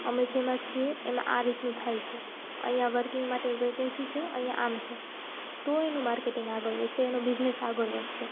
અમે જેમાં છીએ એમાં આ રીતનું થાય છે અહીંયાં વર્કિંગ માટે વેકેન્સી છે અહીંયાં આમ છે તો એનું માર્કેટિંગ આગળ વધશે એનો બિઝનેશ આગળ વધશે